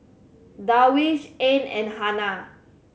Darwish Ain and Hana